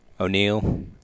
O'Neill